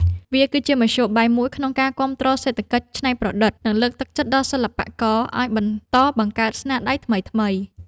វាគឺជាមធ្យោបាយមួយក្នុងការគាំទ្រសេដ្ឋកិច្ចច្នៃប្រឌិត និងលើកទឹកចិត្តដល់សិល្បករឱ្យបន្តបង្កើតស្នាដៃថ្មីៗ។